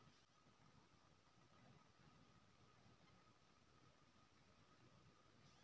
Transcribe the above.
हमरा पैसा भेजबाक छै एक खाता से दोसर खाता मे एहि शाखा के खाता मे?